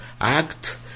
act